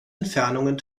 entfernungen